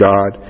God